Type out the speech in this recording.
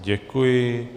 Děkuji.